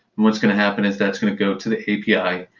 what's going to happen is that's going to go to the api.